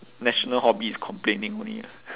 national hobby is complaining only ah